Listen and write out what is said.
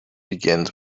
begins